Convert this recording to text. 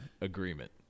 agreement